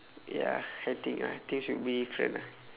ya I think ah I think should be different ah